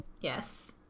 yes